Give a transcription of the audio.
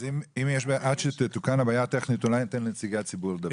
אני אמשיך ברשותכם ואני בהחלט מזמינה את כולם לצפות בזה בהמשך.